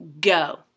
go